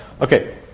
Okay